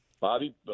Bobby